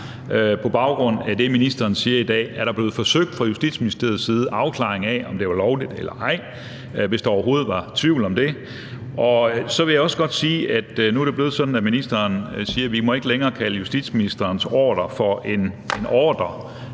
på baggrund af det, som ministeren siger i dag. Er der blevet forsøgt fra Justitsministeriets side at få en afklaring af, om det var lovligt eller ej, hvis der overhovedet var tvivl om det? Så vil jeg også godt sige, at det jo nu er blevet sådan, at ministeren siger, at vi ikke længere må kalde justitsministerens ordre for en ordre.